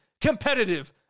competitive